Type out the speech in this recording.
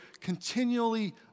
continually